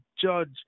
judge